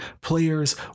players